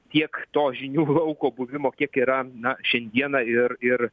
tiek to žinių lauko buvimo kiek yra na šiandieną ir ir